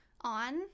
on